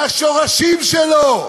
מהשורשים שלו,